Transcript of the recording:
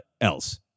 else